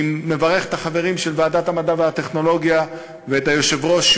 אני מברך את החברים של ועדת המדע והטכנולוגיה ואת היושב-ראש,